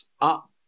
Up